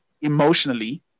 emotionally